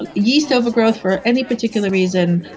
but yeast overgrowth for any particular reason,